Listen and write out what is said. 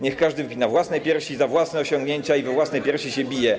Niech każdy wypina własne piersi za własne osiągnięcia i we własne piersi się bije.